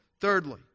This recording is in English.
Thirdly